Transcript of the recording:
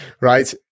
right